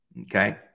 Okay